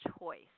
choice